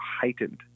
heightened